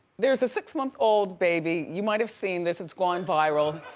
there's a six month old baby, you might've seen this, it's gone viral.